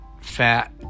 fat